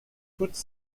toute